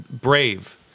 brave